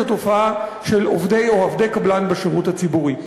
התופעה של עובדי או עבדי קבלן בשירות הציבורי.